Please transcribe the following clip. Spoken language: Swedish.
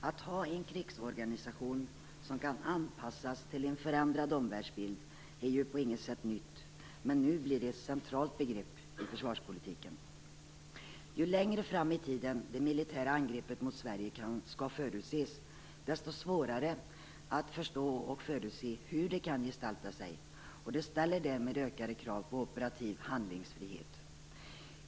Att ha en krigsorganisation som kan anpassas till en förändrad omvärldsbild är på inget sätt nytt, men nu blir det ett centralt begrepp i försvarspolitiken. Ju längre fram i tiden ett militärt angrepp mot Sverige skall förutses, desto svårare blir det att förstå och förutse hur det kan gestalta sig. Därmed ställs större krav på operativ handlingsfrihet.